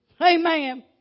Amen